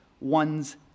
one's